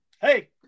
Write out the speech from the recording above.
Hey